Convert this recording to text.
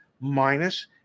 minus